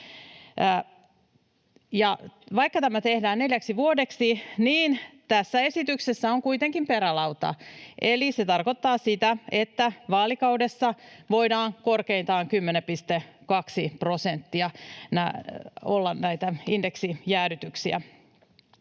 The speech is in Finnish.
Vaikka tämä tehdään neljäksi vuodeksi, niin tässä esityksessä on kuitenkin perälauta. Se tarkoittaa sitä, että vaalikaudessa voi olla korkeintaan 10,2 prosenttia näitä indeksijäädytyksiä.